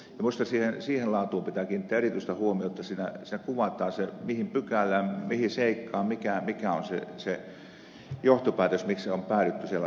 minusta siihen laatuun pitää kiinnittää erityistä huomiota jotta siinä kuvataan se mihin pykälään mihin seikkaan se perustuu mikä on se johtopäätös miksi on päädytty sellaiseen